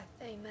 Amen